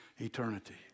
eternity